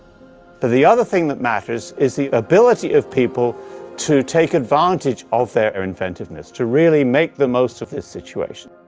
ah the other thing that matters is the ability of people to take advantage of their inventiveness, to really make the most of the situation.